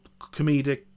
comedic